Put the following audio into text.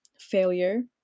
failure